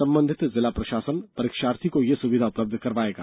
संबंधित जिला प्रशासन परीक्षार्थी को यह सुविधा उपलब्ध करवाएगा